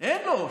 אין לו.